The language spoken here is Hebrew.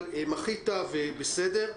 אבל מחית ובסדר.